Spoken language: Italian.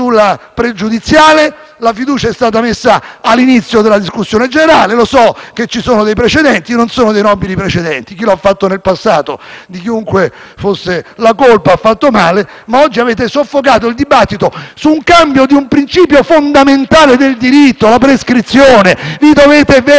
La fiducia è stata messa all'inizio della discussione generale; lo so che ci sono dei precedenti, ma non sono dei nobili precedenti. Chi lo ha fatto nel passato, di chiunque fosse la colpa, ha fatto male. Oggi avete soffocato il dibattito sul cambio di un principio fondamentale del diritto: la prescrizione. Vi dovete vergognare di alterare